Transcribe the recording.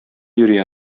йөри